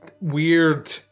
weird